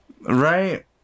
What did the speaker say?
Right